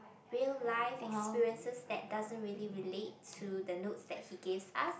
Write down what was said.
real life experiences that doesn't really relate to the notes that he gives us